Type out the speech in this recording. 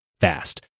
fast